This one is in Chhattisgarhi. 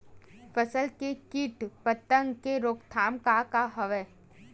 फसल के कीट पतंग के रोकथाम का का हवय?